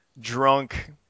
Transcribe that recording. drunk